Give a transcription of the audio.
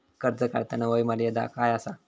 कर्ज काढताना वय मर्यादा काय आसा?